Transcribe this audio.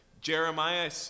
Jeremiah